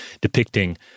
depicting